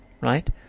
right